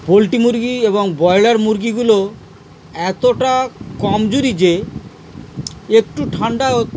poultry মুরগি এবং broiler মুরগিগুলো এতটা কমজোরি যে একটু ঠান্ডা